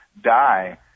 die